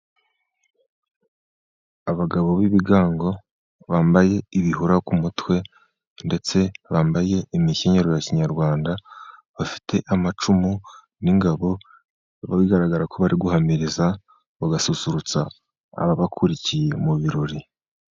Abagabo b'ibigango bambaye ibihura ku mutwe ndetse bambaye imikenyerero ya kinyarwanda, bafite amacumu n'ingabo. Bigaragara ko bari guhamiriza bagasusurutsa ababakurikiye mu birori.